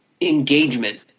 engagement